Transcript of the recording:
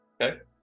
Okay